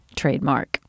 trademark